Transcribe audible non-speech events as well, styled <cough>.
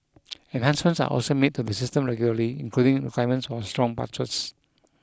enhancements are also made to the system regularly including requirements for strong <unintelligible>